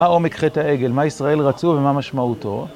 מה עומק חטא העגל, מה ישראל רצו ומה משמעותו.